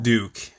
Duke